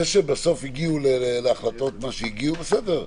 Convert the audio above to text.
זה שבסוף הגיעו להחלטות שהגיעו, בסדר.